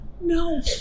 No